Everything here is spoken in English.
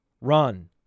run